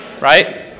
Right